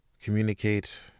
communicate